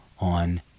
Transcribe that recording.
on